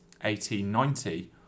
1890